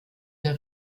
der